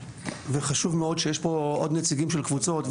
וחשוב מאוד שיש פה עוד נציגים של קבוצות,